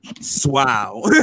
Swow